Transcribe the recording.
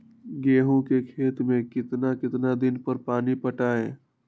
गेंहू के खेत मे कितना कितना दिन पर पानी पटाये?